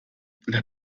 les